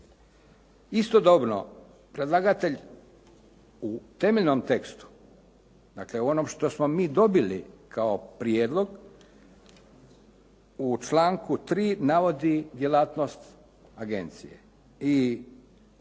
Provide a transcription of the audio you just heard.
Istodobno predlagatelj u temeljnom tekstu, znači u onom što smo mi dobili kao prijedlog, u članku 3. navodi djelatnost agencije i u